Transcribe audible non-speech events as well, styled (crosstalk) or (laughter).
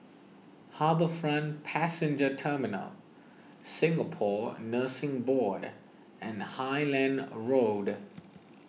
HarbourFront Passenger Terminal Singapore Nursing Board and Highland (noise) Road